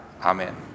Amen